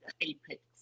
Apex